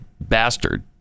bastard